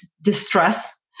distress